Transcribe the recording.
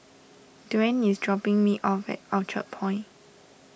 Dwaine is dropping me off at Orchard Point